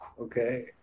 Okay